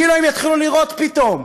כאילו הם יתחילו לראות פתאום.